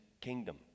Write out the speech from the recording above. kingdom